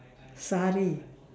sari